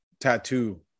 tattoo